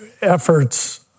efforts